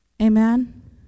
Amen